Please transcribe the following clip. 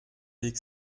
weg